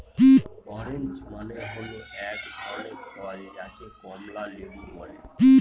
orange মানে হল এক ধরনের ফল যাকে কমলা লেবু বলে